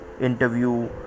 interview